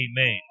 Amen